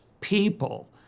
people